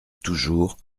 toujours